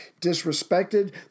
disrespected